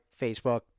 Facebook